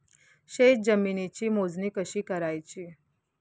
शेत जमिनीची मोजणी कशी करायची?